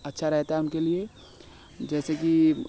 अच्छा रहता है उनके लिए जैसे कि